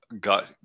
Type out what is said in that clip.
got